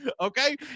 Okay